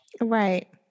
Right